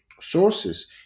sources